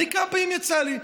אניף כמה פעמים יצא לי.